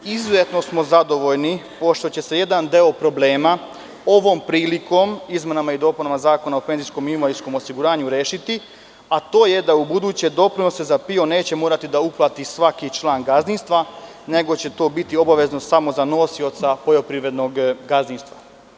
Izuzetno smo zadovoljni, pošto će se jedan deo problema ovom prilikom, izmenama i dopunama Zakona o penzijskom i invalidskom osiguranju, rešiti, a to je da ubuduće doprinose za PIO neće morati da uplati svaki član gazdinstva, nego će to biti obavezno samo za nosioca poljoprivrednog gazdinstva.